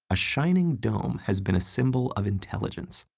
a shining dome has been a symbol of intelligence,